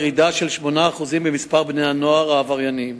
מאשרים שמספרם של הקטינים המידרדרים לעבריינות